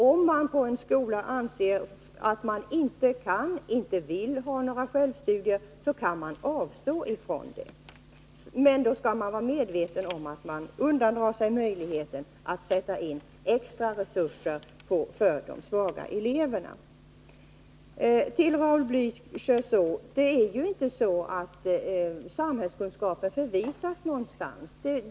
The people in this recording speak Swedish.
Om man på en skola anser att man inte kan eller vill ha självstudier, kan man avstå från det, men då skall man vara medveten om att man undandrar sig möjligheten att sätta in extra resurser för de svaga eleverna. Till Raul Blächer. Det är inte så att ämnet samhällskunskap på något sätt försämras.